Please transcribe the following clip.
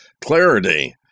Clarity